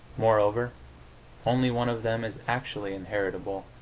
moreover only one of them is actually inheritable,